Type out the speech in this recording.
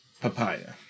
Papaya